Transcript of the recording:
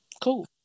Cool